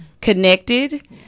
connected